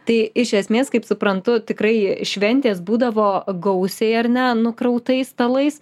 tai iš esmės kaip suprantu tikrai šventės būdavo gausiai ar ne nukrautais stalais